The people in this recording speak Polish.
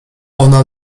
ona